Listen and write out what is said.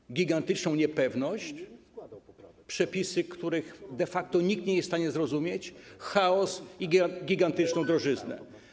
Mamy gigantyczną niepewność, przepisy, których de facto nikt nie jest w stanie zrozumieć, chaos i gigantyczną drożyznę.